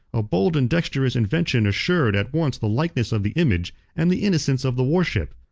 a bold and dexterous invention assured at once the likeness of the image and the innocence of the worship.